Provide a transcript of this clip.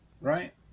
Right